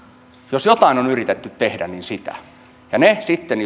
jos jotain on yritetty tehdä niin sitä sitten